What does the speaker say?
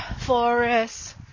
forests